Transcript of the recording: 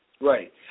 Right